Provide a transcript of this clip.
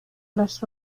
las